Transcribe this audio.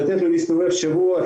להסתובב שבוע,